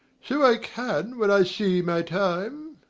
so i can when i see my time.